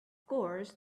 course